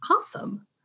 awesome